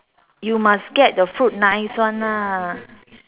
you must get the fruit nice one lah